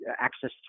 access